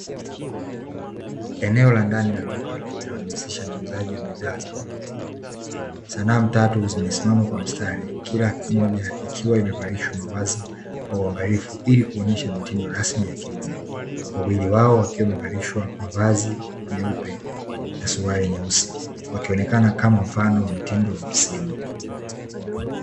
Eneo la ndani la duka, linalojihusisha na uuzaji wa bidhaa za nguo, sanamu tatu zimesimama kwa mstari, kila mmoja ikiwa imevalishwa mavazi kwa uangalifu ili kuonyesha mitindo rasmi ya kiume, wawili wao wakiwa wamevalishwa mavazi meupe na suruali nyeusi, wakionekana kama mfano wa mitindo ofisini.